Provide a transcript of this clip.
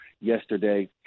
yesterday